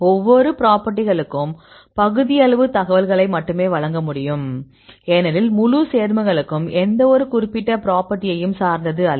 ஒவ்வொரு பிராப்பர்ட்டிகளுக்கும் பகுதியளவு தகவல்களை மட்டுமே வழங்க முடியும் ஏனெனில் முழு சேர்மங்களும் எந்தவொரு குறிப்பிட்ட பிராப்பர்ட்டியையும் சார்ந்தது அல்ல